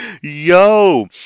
yo